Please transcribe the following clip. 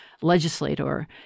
legislator